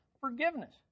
forgiveness